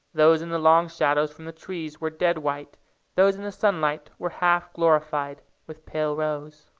those in the long shadows from the trees were dead white those in the sunlight were half glorified with pale rose.